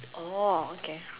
orh okay